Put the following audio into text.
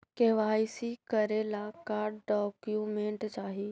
KYC करे ला का का डॉक्यूमेंट चाही?